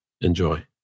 Enjoy